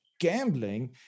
gambling